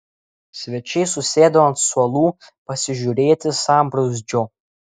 svečiai susėdo ant suolų pasižiūrėti sambrūzdžio